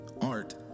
art